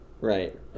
Right